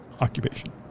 occupation